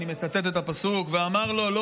אני מצטט את הפסוק: "ואמר לא,